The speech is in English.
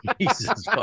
Jesus